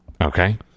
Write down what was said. okay